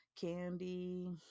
candy